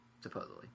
supposedly